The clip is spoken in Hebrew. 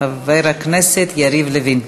השר המקשר חבר הכנסת יריב לוין.